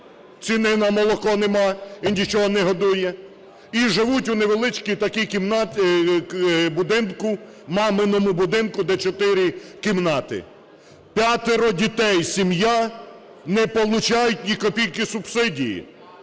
ціни на молоко нема і нічого не годує, і живуть у невеличкій такій кімнаті… будинку, маминому будинку, де 4 кімнати. П'ятеро дітей сім'я – не получають ні копійки субсидії.